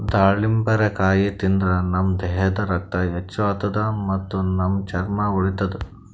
ದಾಳಿಂಬರಕಾಯಿ ತಿಂದ್ರ್ ನಮ್ ದೇಹದಾಗ್ ರಕ್ತ ಹೆಚ್ಚ್ ಆತದ್ ಮತ್ತ್ ನಮ್ ಚರ್ಮಾ ಹೊಳಿತದ್